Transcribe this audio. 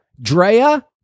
Drea